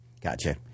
Gotcha